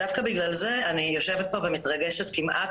ודווקא בגלל זה אני יושבת פה ומתרגשת כמעט